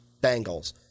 Bengals